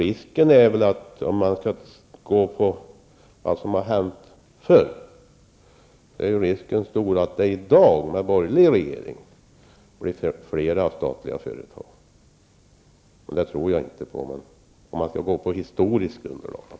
Men med tanke på vad som har hänt förr är risken stor att det i dag med en borgerlig regering blir flera statliga företag. Det vill jag inte tro på, men historiskt sett kan det bli så.